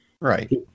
Right